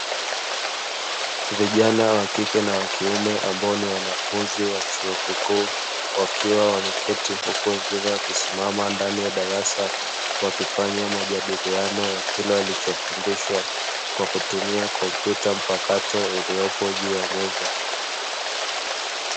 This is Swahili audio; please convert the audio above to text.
Vijana wa kike na wa kiume ambao ni wanafunzi wa chuo kikuu wakiwa wameketi huku wengine wakisimama ndani ya darasa, wakifanya majadiliano ya kile walichofundishwa kwa kutumia kompyuta mpakato iliyoko juu ya meza.